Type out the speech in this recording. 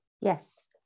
yes